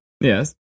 Yes